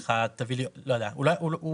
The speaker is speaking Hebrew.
אתה יודע בכמה חברות מדובר?